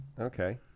okay